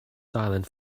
silent